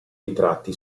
ritratti